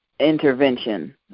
intervention